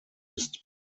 ist